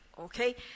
okay